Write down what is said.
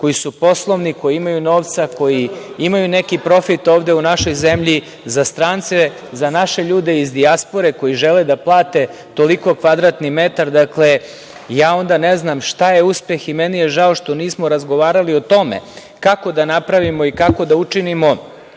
koji su poslovni, koji imaju novca, koji imaju neki profit ovde u našoj zemlji, za strance, za naše ljude iz dijaspore koji žele da plate toliko kvadratni metar, onda ne znam šta je uspeh i žao mi je što nismo razgovarali o tome kako da napravimo i kako da učinimo